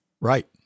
Right